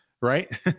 right